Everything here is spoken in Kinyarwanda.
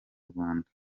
rwanda